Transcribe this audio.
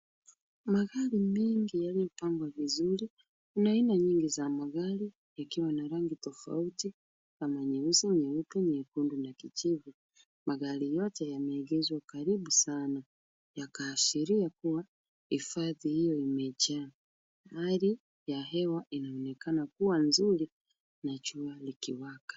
Magari mengi yamepangwa vizuri. Kuna aina nyingi za magari ikiwa na rangi tofauti kama nyeusi, nyeupe, nyekundu na kijivu. Magari yote yameegeshwa karibu sana yakaashiria kuwa hifadhi hiyo imejaa. Hali ya hewa inaonekana kuwa nzuri na jua likiwaka.